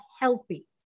healthy